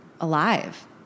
alive